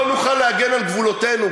לא נוכל להגן על גבולותינו,